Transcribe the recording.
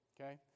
Okay